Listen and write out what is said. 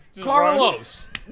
Carlos